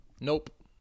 Nope